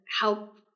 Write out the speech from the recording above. help